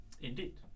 indeed